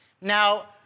Now